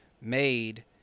made